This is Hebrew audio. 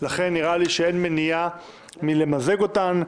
לכן נראה לי שאין מניעה למזג אותן.